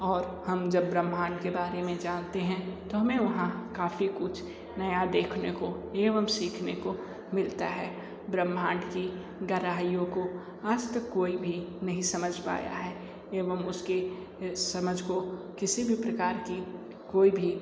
और हम जब ब्रह्मांड के बारे में जानते हैं तो हमें वहाँ काफ़ी कुछ नया देखने को एवं सीखने को मिलता हैं ब्रह्मांड की गहराईयों को आज तक कोई भी नहीं समझ पाया है एवं उसके समझ को किसी भी प्रकार की कोई भी